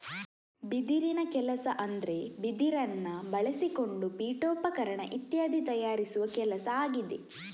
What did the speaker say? ಬಿದಿರಿನ ಕೆಲಸ ಅಂದ್ರೆ ಬಿದಿರನ್ನ ಬಳಸಿಕೊಂಡು ಪೀಠೋಪಕರಣ ಇತ್ಯಾದಿ ತಯಾರಿಸುವ ಕೆಲಸ ಆಗಿದೆ